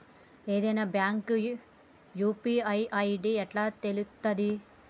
ఏదైనా bank UPI ID ఎట్లా తెలుత్తది?